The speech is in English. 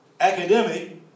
academic